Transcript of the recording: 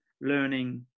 learning